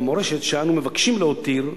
והמורשת שאנו מבקשים להותיר,